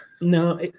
No